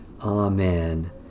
Amen